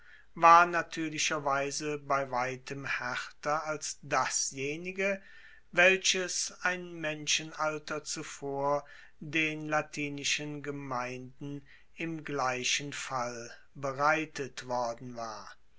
war natuerlicherweise bei weitem haerter als dasjenige welches ein menschenalter zuvor den latinischen gemeinden im gleichen fall bereitet worden war